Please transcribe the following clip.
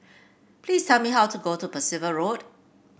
please tell me how to go to Percival Road